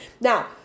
now